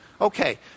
Okay